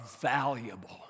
valuable